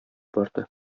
барды